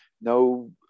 no